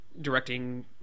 directing